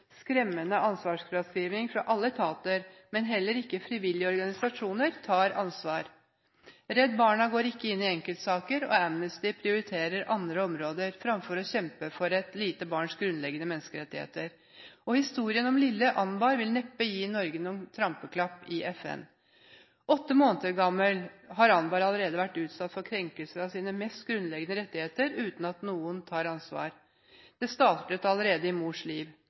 skremmende ansvarsfraskriving fra alle etater, men heller ikke frivillige organisasjoner tar ansvar. Redd Barna går ikke inn i enkeltsaker, og Amnesty prioriterer andre områder fremfor å kjempe for et lite barns grunnleggende menneskerettigheter. Historien om lille Anbar ville neppe gi Norge trampeklapp i FN. Åtte måneder gammel har Anbar allerede vært utsatt for krenkelser av sine mest grunnleggende rettigheter, uten at noen tar ansvar. Det startet allerede i mors liv.